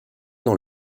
dans